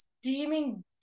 steaming